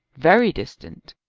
very distant,